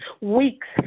weeks